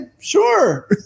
sure